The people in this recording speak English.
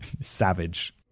Savage